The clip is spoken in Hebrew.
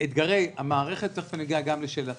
אתגרי המערכת תכף אני אגיע גם לשאלתך.